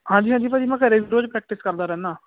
ਹਾਂਜੀ ਹਾਂਜੀ ਭਾਅ ਜੀ ਮੈਂ ਘਰੇ ਵੀ ਰੋਜ ਪ੍ਰੈਕਟਿਸ ਕਰਦਾ ਰਹਿਨਾ